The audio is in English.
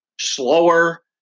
slower